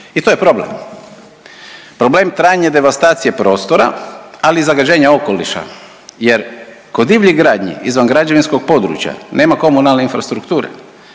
I to je problem. Problem trajanja devastacije prostora ali i zagađenje okoliša, jer kod divljih gradnji izvan građevinskog područja nema komunalne infrastrukture.